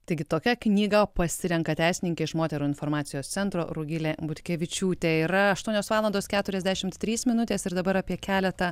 taigi tokią knygą pasirenka teisininkė iš moterų informacijos centro rugilė butkevičiūtė yra aštuonios valandos keturiasdešimt trys minutės ir dabar apie keletą